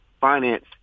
finance